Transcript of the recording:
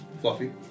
Fluffy